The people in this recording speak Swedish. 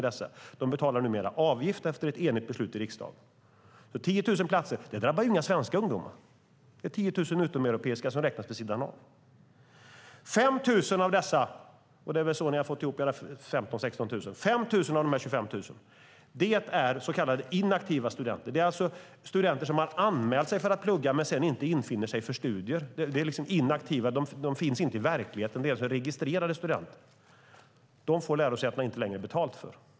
De betalar nu avgift efter ett enigt beslut i riksdagen. De 10 000 platserna drabbar inga svenska ungdomar, utan det är 10 000 utomeuropeiska som räknas vid sidan om. 5 000 av de 25 000 platserna - det är väl så ni har fått ihop era 15 000-16 000 platser - gäller så kallade inaktiva studenter, alltså studenter som har anmält sig för att plugga men sedan inte infinner sig för studier. De finns inte i verkligheten utan är bara registrerade studenter. Dem får lärosätena inte längre betalat för.